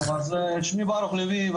שמי ברוך ליוייב,